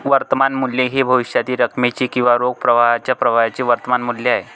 वर्तमान मूल्य हे भविष्यातील रकमेचे किंवा रोख प्रवाहाच्या प्रवाहाचे वर्तमान मूल्य आहे